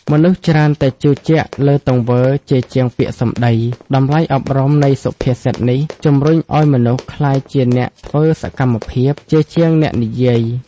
មនុស្សច្រើនតែជឿជាក់លើទង្វើជាជាងពាក្យសម្ដី។ តម្លៃអប់រំនៃសុភាសិតនេះជំរុញឱ្យមនុស្សក្លាយជាអ្នកធ្វើសកម្មភាព ជាជាងអ្នកនិយាយ។